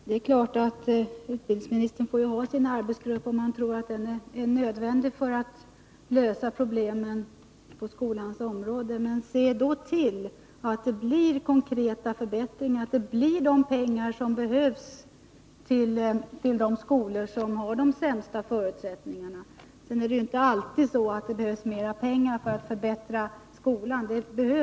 Herr talman! Utbildningsministern får naturligtvis ha sin arbetsgrupp, om han tror att den är nödvändig för att man skall kunna lösa problemen på 145 skolans område. Men se då till att det blir konkreta förbättringar och att det anslås erforderliga medel till de skolor som har de sämsta förutsättningarna! Sedan vill jag säga att det inte alltid är så, att det är mera pengar som behövs för att man skall kunna förbättra skolan.